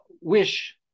wish